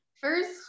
First